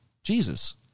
Jesus